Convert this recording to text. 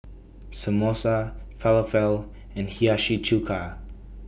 Samosa Falafel and Hiyashi Chuka